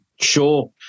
Sure